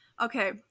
Okay